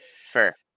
Fair